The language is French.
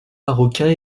marocains